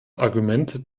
argument